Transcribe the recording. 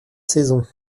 saison